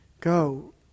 Go